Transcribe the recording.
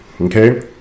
Okay